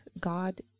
God